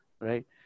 right